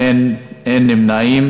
בעד, 17, אין מתנגדים ואין נמנעים.